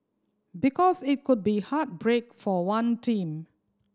because it could be heartbreak for one team